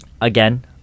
Again